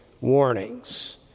warnings